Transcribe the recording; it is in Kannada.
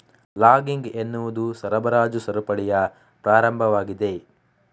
ಲಾಗಿಂಗ್ ಎನ್ನುವುದು ಸರಬರಾಜು ಸರಪಳಿಯ ಪ್ರಾರಂಭವಾಗಿದೆ